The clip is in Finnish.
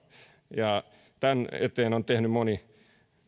tämän eteen on tehnyt moni